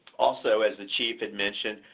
also, as the chief had mentioned,